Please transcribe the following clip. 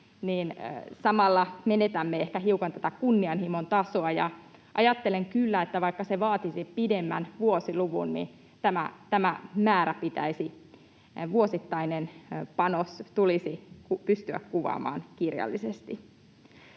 niin samalla menetämme ehkä hiukan kunnianhimon tasoa. Ajattelen kyllä, että vaikka se vaatisi pidemmällä olevan vuosiluvun, niin tämä vuosittainen panos tulisi pystyä kuvaamaan kirjallisesti.